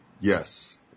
Yes